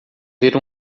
ver